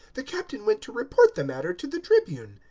the captain went to report the matter to the tribune.